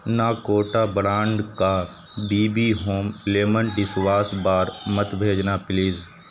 Nakota brand کا B B home lemon dish wash bar مت بھیجنا پلیز